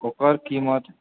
ओकर क़ीमत